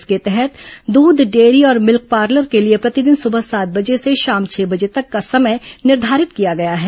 इसके तहत दूध डेयरी और भिल्क पार्लर के लिए प्रतिदिन सुबह सात बजे से शाम छह बजे तक का समय निर्धारित किया गया है